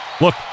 Look